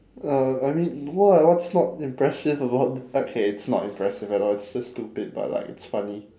uh I mean what what's not impressive about th~ okay it's not impressive at all it's just stupid but like it's funny